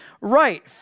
right